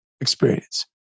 experience